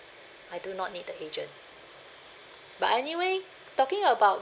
I do not need the agent but anyway talking about